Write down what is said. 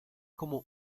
como